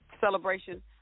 celebration